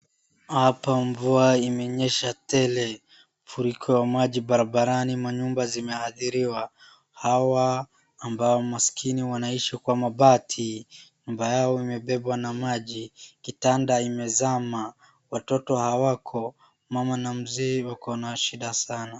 Hapa mvua imenyesha tele, mafuriko ya maji barabarani, manyumba zimeadhiriwa, hawa ambao maskini wanaishi kwa mabati, nyumba yao imebebwa na maji, kitanda imezama, watoto hawako, mama na mzee wako na shida sana.